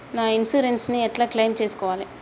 నా ఇన్సూరెన్స్ ని ఎట్ల క్లెయిమ్ చేస్కోవాలి?